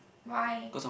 why